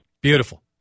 Beautiful